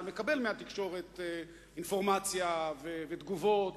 מקבל מהתקשורת אינפורמציה ותגובות.